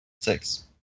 six